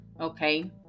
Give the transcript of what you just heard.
okay